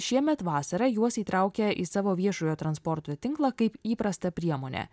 šiemet vasarą juos įtraukė į savo viešojo transporto tinklą kaip įprastą priemonę